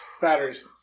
Batteries